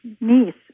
niece